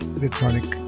electronic